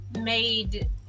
made